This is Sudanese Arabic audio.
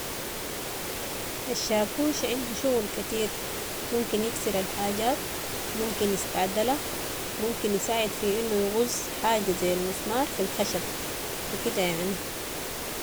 الشاكوش عندهو شغل كتير، ممكن يكسر الحاجات ممكن يستعدلها و ممكن يساعد في انو يغز حاجة زي المسمار في الخشب و كده يعني.